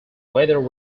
weather